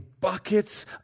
buckets